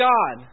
God